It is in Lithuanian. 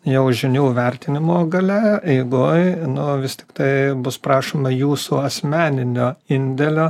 jau žinių vertinimo gale eigoj nu vis tiktai bus prašoma jūsų asmeninio indėlio